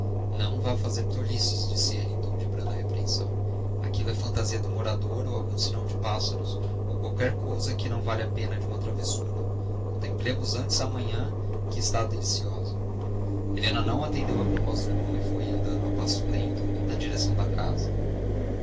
não vá fazer tolices disse ele em tom de branda repreensão aquilo é fantasia do morador ou algum sinal de pássaros ou qualquer outra coisa que não vale a pena de uma travessura contemplemos antes a manhã que está deliciosa helena não atendeu à proposta do irmão e foi andando a passo lento na direção da casa